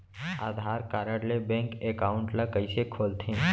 आधार card ले bank account ल कइसे खोलथे?